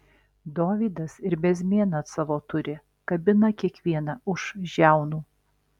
dovydas ir bezmėną savo turi kabina kiekvieną už žiaunų